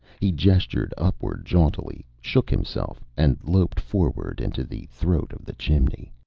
he gestured upward jauntily, shook himself, and loped forward into the throat of the chimney.